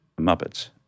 muppets